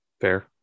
fair